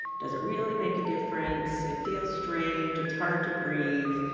does it really make a difference? it feels strange, it's hard to breathe.